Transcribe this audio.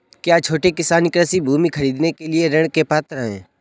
क्या छोटे किसान कृषि भूमि खरीदने के लिए ऋण के पात्र हैं?